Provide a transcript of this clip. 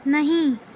نہیں